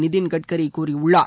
நிதின் கட்கரி கூறியுள்ளார்